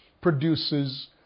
produces